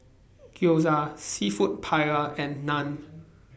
Gyoza Seafood Paella and Naan